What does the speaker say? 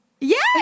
Yes